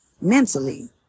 mentally